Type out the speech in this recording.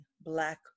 black